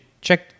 check